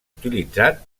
utilitzat